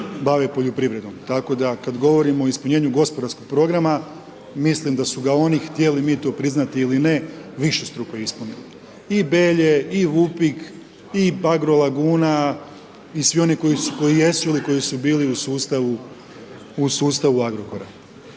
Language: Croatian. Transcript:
bave poljoprivrednom. Tako da, kada govorimo o ispunjanju gospodarskog programa, mislim da su ga oni htjeli mi to priznati ili ne, višestruko ispunili i Belje i Vupik i Bagro laguna i svi oni koji jesu ili koji su bili u sustavu Agrokora.